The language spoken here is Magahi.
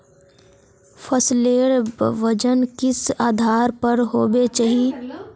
फसलेर वजन किस आधार पर होबे चही?